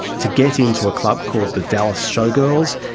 to get into a club called the dallas showgirls,